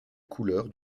couleur